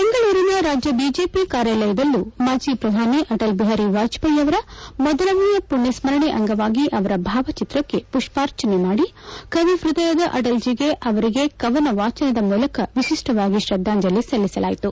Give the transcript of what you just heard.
ಬೆಂಗಳೂರಿನ ರಾಜ್ಯ ಬಿಜೆಪಿ ಕಾರ್ಯಾಲಯದಲ್ಲೂ ಮಾಜಿ ಪ್ರಧಾನಿ ಅಟಲ್ ಬಿಹಾರಿ ವಾಜಪೇಯಿಯವರ ಮೊದಲನೇ ಪುಣ್ಕಸ್ಮರಣೆ ಅಂಗವಾಗಿ ಅವರ ಭಾವಚಿತ್ರಕ್ಕೆ ಪುಷ್ಪಾರ್ಚನೆ ಮಾಡಿ ಕವಿ ಪೃದಯದ ಅಟಲ್ಜೀ ಅವರಿಗೆ ಕವನ ವಾಜನದ ಮೂಲಕ ವಿಶಿಷ್ಟವಾಗಿ ಶ್ರದ್ದಾಂಜಲಿ ಸಲ್ಲಿಸಲಾಯಿತು